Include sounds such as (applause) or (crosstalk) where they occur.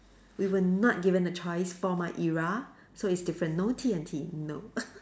we were not given a choice for my era so it's different no D&T no (laughs)